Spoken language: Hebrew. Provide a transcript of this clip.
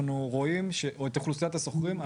או את אוכלוסיית השוכרים,